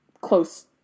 close